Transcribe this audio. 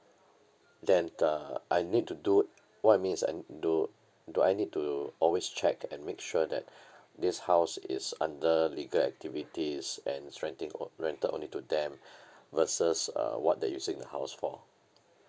then ah I need to do what I mean is I need t~ do do I need to always check and make sure that this house is under legal activities and is renting o~ rented only to them versus uh what they're using house for